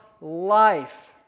life